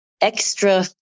extra